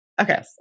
okay